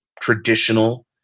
traditional